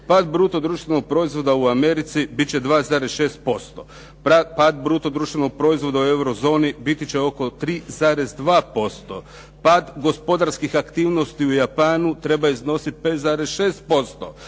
Pad društvenog bruto proizvoda u Americi bit će 2,6%, pad bruto društvenog proizvoda u eurozoni biti će za oko 3,2%, pad gospodarskih aktivnosti u Japanu treba izositi 5,6%,